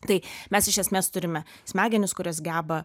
tai mes iš esmės turime smegenis kurios geba